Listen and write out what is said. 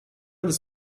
this